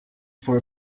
for